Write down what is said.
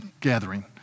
gathering